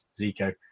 Zico